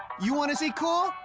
you wanna see cool?